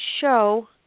show